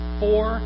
four